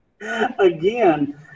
Again